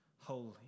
holy